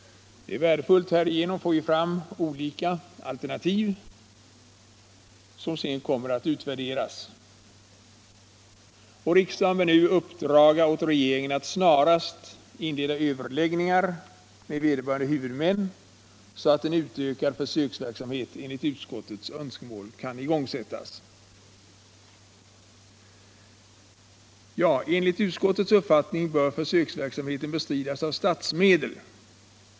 Det är värdefullt att vi härigenom får fram olika alternativ som sedan kommer att utvärderas. Enligt utskottets uppfattning bör försöksverksamheten bestridas av statsmedel.